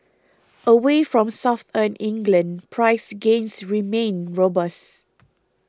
away from Southern England price gains remain robust